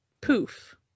poof